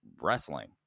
wrestling